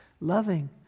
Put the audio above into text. Loving